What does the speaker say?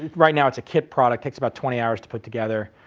um right now, it's a kit product, takes about twenty hours to put together.